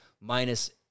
minus